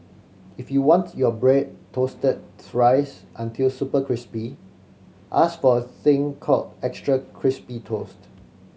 if you want your bread toasted thrice until super crispy ask for a thing called extra crispy toast